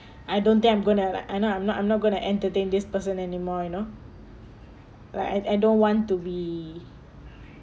I don't think I'm going to I'm not I'm not I'm not going to entertain this person anymore you know like I I don't want to be